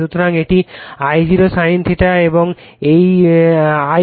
সুতরাং এটি I0 sin ∅ এবং এই Ic হবে I0 cos ∅0